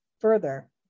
further